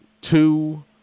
two